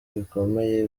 bikomeye